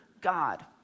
God